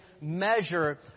measure